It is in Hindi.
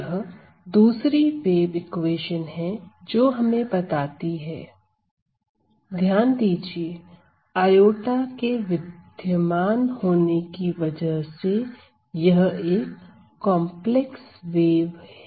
यह दूसरी वेव इक्वेशन है जो हमें बताती है ध्यान दीजिए i के विद्यमान होने की वजह से यह एक कॉम्प्लेक्स वेव है